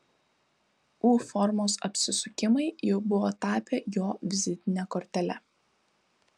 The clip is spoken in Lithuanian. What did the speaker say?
u formos apsisukimai jau buvo tapę jo vizitine kortele